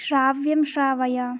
श्राव्यं श्रावय